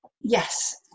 yes